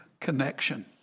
connection